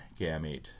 gamete